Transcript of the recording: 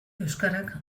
euskarak